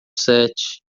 set